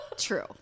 True